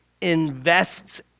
invests